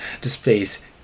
displays